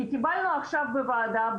כי קיבלנו עכשיו בוועדה,